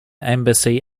embassy